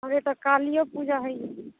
एकटा कालियो पूजा होइया